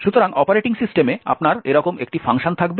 সুতরাং অপারেটিং সিস্টেমে আপনার এরকম একটি ফাংশন থাকবে